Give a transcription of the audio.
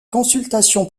consultation